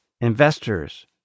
investors